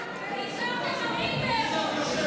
35 מיליון שקל?